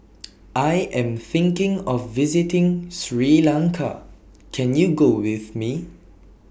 I Am thinking of visiting Sri Lanka Can YOU Go with Me